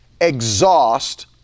exhaust